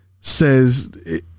says